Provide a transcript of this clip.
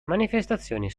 manifestazioni